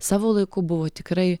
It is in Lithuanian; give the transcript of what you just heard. savo laiku buvo tikrai